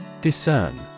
Discern